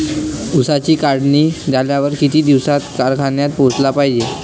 ऊसाची काढणी झाल्यावर किती दिवसात कारखान्यात पोहोचला पायजे?